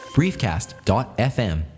Briefcast.fm